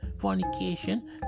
fornication